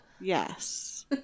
Yes